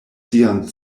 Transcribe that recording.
sian